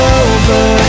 over